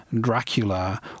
Dracula